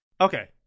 Okay